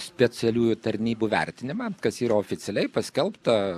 specialiųjų tarnybų vertinimą kas yra oficialiai paskelbta